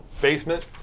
basement